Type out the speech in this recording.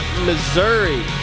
missouri